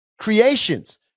creations